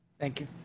thank you.